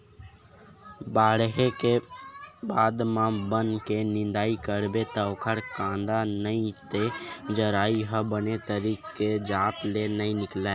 बाड़हे के बाद म बन के निंदई करबे त ओखर कांदा नइ ते जरई ह बने तरी के जात ले नइ निकलय